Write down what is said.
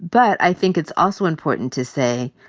but i think it's also important to say,